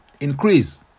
increase